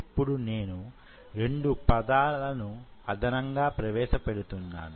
ఇప్పుడు నేను రెండు పదాలను అదనంగా ప్రవేశ పెడుతున్నాను